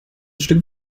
stück